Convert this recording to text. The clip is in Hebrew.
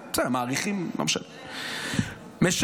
מחזירים את מה שהיה קודם.